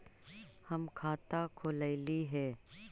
हम खाता खोलैलिये हे?